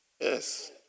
Yes